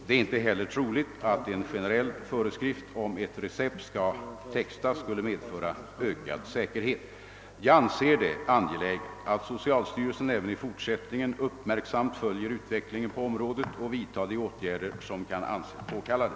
Det är inte heller troligt att en generell föreskrift om att recept skall textas skulle medföra ökad säkerhet. Jag anser det angeläget, att socialstyrelsen även i fortsättningen uppmärksamt följer utvecklingen på området och vidtar de åtgärder som kan anses påkallade.